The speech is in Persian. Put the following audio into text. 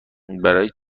برای